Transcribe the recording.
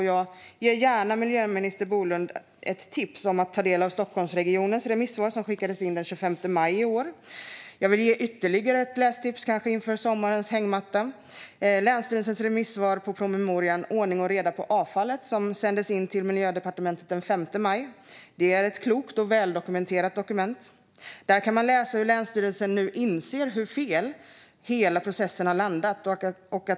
Jag ger gärna miljöminister Bolund tipset att ta del av Stockholmsregionens remissvar, som skickades in den 25 maj i år, och jag vill ge ytterligare ett lästips inför sommarens hängmatta, nämligen länsstyrelsens remissvar på promemorian Ordning och reda på avfallet , som sändes in till Miljödepartementet den 5 maj. Det är ett klokt och väldokumenterat dokument där man kan läsa hur länsstyrelsen nu inser hur fel hela processen har landat.